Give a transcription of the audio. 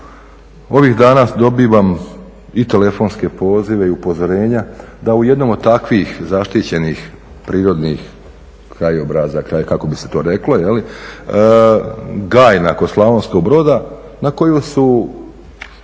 ovih dana dobivam i telefonske pozive i upozorenja da u jednom od takvih zaštićenih prirodnih krajobraza, kako bi se to reklo, … kod Slavonskog Broda na koju su